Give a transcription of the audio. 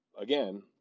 again